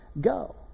go